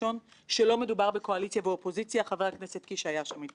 איפה בדיוק נמצאת הבעיה אשר לא מנעה את קריסתו של אחד מאנשי העסקים